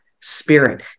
Spirit